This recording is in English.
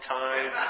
time